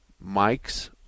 Mike's